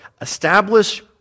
Establish